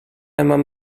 eman